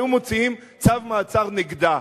היו מוציאים צו מעצר נגדה.